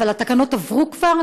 אבל התקנות עברו כבר?